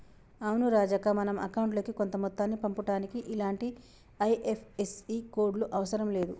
అవును రాజక్క మనం అకౌంట్ లోకి కొంత మొత్తాన్ని పంపుటానికి ఇలాంటి ఐ.ఎఫ్.ఎస్.సి కోడ్లు అవసరం లేదు